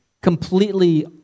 completely